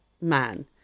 man